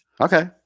Okay